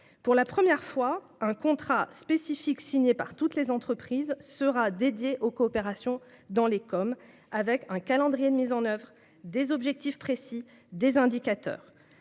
Pour la première fois, un contrat spécifique signé par toutes les entreprises sera consacré aux coopérations dans les COM, avec un calendrier de mise en oeuvre, des objectifs précis et des indicateurs.